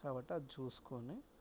కాబట్టి అది చూసుకుని